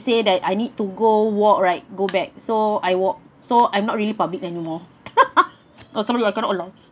say that I need to go walk right go back so I walk so I'm not really public anymore or somebody will come along